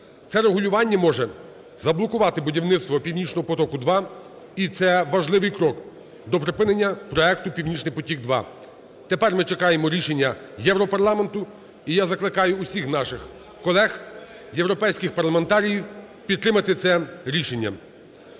Це регулювання може заблокувати будівництво "Північного потоку-2" і це важливий крок до припинення проекту "Північний потік–2". Тепер ми чекаємо рішення Європарламенту. І я закликаю усіх наших колег - європейських парламентаріїв підтримати це рішення.